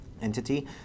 entity